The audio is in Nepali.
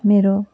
मेरो